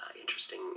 interesting